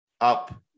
up